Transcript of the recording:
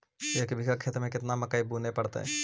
एक बिघा खेत में केतना मकई बुने पड़तै?